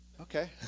okay